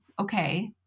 okay